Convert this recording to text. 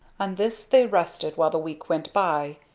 on this they rested, while the week went by.